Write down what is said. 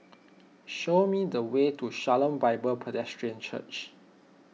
show me the way to Shalom Bible Presbyterian Church